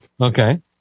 Okay